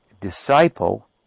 disciple